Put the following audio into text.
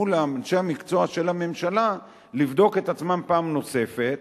לאנשי המקצוע של הממשלה לבדוק את עצמם פעם נוספת,